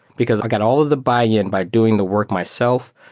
because i got all of the buy-in by doing the work myself,